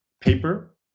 paper